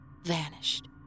Vanished